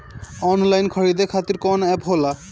Online खरीदे खातीर कौन एप होला?